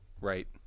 Right